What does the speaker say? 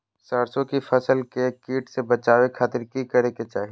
सरसों की फसल के कीट से बचावे खातिर की करे के चाही?